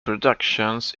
productions